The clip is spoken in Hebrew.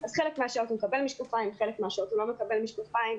אז בחלק מהשעות הוא מקבל משקפיים ובחלק מהשעות הוא לא מקבל משקפיים.